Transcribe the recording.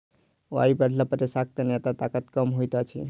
आयु बढ़ला पर रेशाक तन्यता ताकत कम होइत अछि